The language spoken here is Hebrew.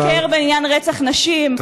לשקר בעניין רצח נשים,